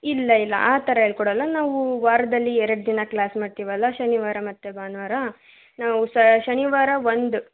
ಇಲ್ಲ ಇಲ್ಲ ಆ ಥರ ಹೇಳ್ಕೊಡಲ್ಲ ನಾವು ವಾರದಲ್ಲಿ ಎರಡು ದಿನ ಕ್ಲಾಸ್ ಮಾಡ್ತೀವಲ್ವ ಶನಿವಾರ ಮತ್ತು ಭಾನುವಾರ ನಾವು ಸ ಶನಿವಾರ ಒಂದು